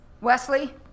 Wesley